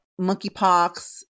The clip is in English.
monkeypox